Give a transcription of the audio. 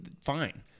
fine